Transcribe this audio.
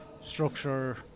structure